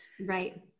Right